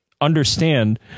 understand